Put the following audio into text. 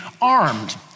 armed